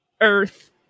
Earth